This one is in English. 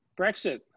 Brexit